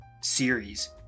series